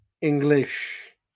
English